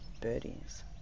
Birdies